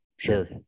Sure